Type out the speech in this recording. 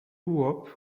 wop